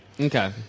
Okay